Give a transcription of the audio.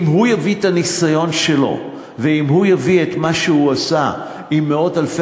אם הוא יביא את הניסיון שלו ואם הוא יביא את מה שהוא עשה עם מאות אלפי